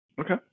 Okay